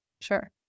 Sure